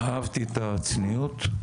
אהבתי את הצניעות.